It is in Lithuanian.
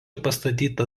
pastatyta